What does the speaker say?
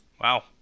Wow